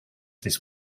this